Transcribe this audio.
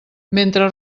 mentre